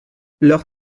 leur